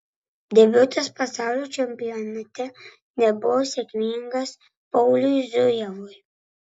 debiutas pasaulio čempionate nebuvo sėkmingas pauliui zujevui